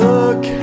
Look